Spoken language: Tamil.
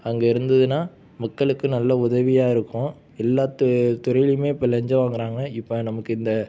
அங்கே இருந்ததுன்னா மக்களுக்கு நல்ல உதவியாக இருக்கும் எல்லாத்து துறையிலுமே இப்போ லஞ்சம் வாங்குகிறாங்க இப்போ நமக்கு இந்த